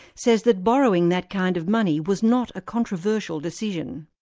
says that borrowing that kind of money was not a controversial decision.